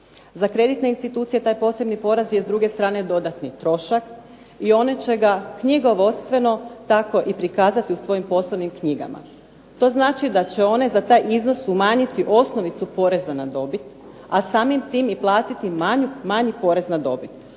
Za kreditne institucije taj posebni porez je s druge strane dodatni trošak i one će ga knjigovodstveno tako i prikazati u svojim poslovnim knjigama. To znači da će one za taj iznos umanjiti osnovicu poreza na dobit a samim time i platiti manji porez na dobit.